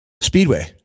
Speedway